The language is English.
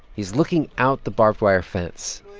he's looking out the barbed wire fence,